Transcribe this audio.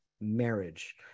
marriage